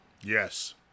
Yes